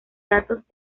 datos